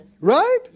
Right